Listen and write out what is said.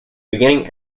beginning